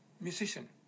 Musician